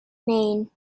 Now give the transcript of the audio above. maine